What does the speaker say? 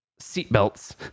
seatbelts